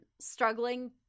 struggling